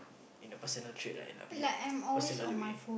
in a personal trait lah in a personal way